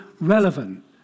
relevant